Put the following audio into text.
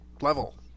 level